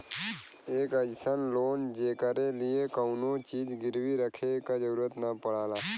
एक अइसन लोन जेकरे लिए कउनो चीज गिरवी रखे क जरुरत न पड़ला